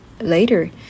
later